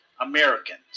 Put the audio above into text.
Americans